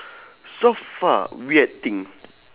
so far weird thing